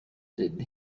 did